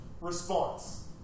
response